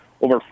Over